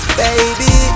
baby